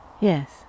Yes